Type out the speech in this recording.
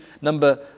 number